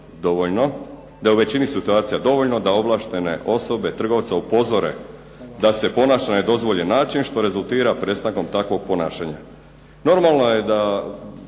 da je većina situacija dovoljno da ovlaštene osobe trgovca upozore da se ponaša na nedozvoljen način što rezultira prestankom takvog ponašanja.